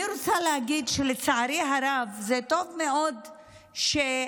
אני רוצה להגיד שלצערי הרב זה טוב מאוד שהכנסת